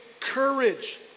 courage